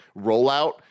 rollout